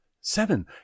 Seven